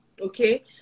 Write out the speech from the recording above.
okay